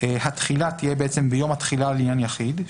התחילה תהיה ביום התחילה לעניין יחיד,